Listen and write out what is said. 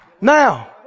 Now